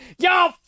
Y'all